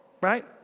right